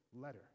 letter